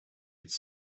could